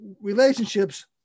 relationships